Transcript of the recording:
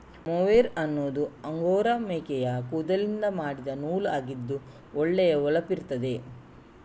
mohair ಅನ್ನುದು angora ಮೇಕೆಯ ಕೂದಲಿನಿಂದ ಮಾಡಿದ ನೂಲು ಆಗಿದ್ದು ಒಳ್ಳೆ ಹೊಳಪಿರ್ತದೆ